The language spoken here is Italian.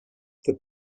the